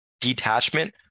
detachment